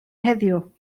heddiw